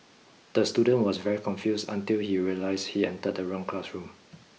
the student was very confused until he realised he entered the wrong classroom